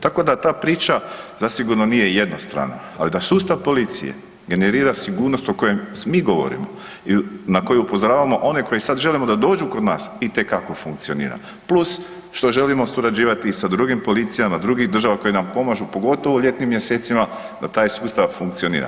Tako da ta priča zasigurno nije jednostrana, ali da sustav policije generira sigurnost o kojem mi govorimo i na koji upozoravamo one koje sada želimo da dođu kod nas itekako funkcionira, plus što želimo surađivati i sa drugim policijama drugih država koje nam pomažu pogotovo u ljetnim mjesecima da taj sustav funkcionira.